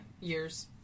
years